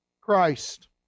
Christ